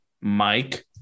Mike